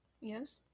Yes